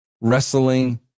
wrestling